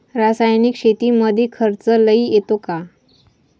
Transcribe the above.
रासायनिक शेतीमंदी खर्च लई येतो का?